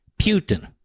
Putin